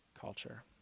culture